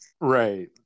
Right